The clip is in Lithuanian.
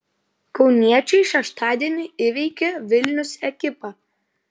kauniečiai šeštadienį įveikė vilnius ekipą